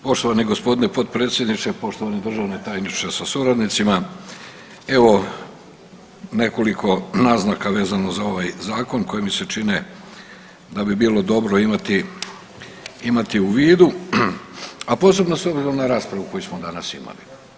Poštovani gospodine potpredsjedničke, poštovani državni tajniče sa suradnicima, evo nekoliko naznaka vezano za ovaj zakon koji mi se čine da bi bilo dobro imati, imati u vidu, a posebno s obzirom na raspravu koju smo danas imali.